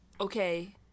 okay